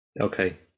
Okay